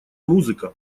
музыка